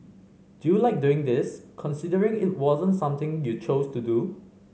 do you like doing this considering it wasn't something you chose to do